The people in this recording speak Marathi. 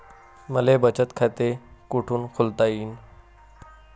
मले बचत खाते कुठ खोलता येईन?